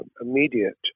immediate